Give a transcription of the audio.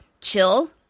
chill